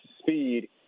speed